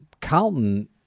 Carlton